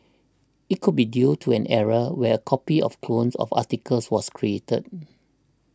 it could be due to an error where copy of clone of the articles was created